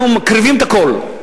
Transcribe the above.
אנחנו מקריבים את הכול.